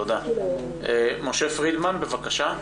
משה פרידמן בבקשה.